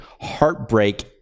heartbreak